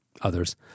others